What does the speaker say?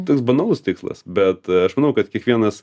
toks banalus tikslas bet aš manau kad kiekvienas